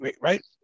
right